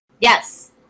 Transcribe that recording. Yes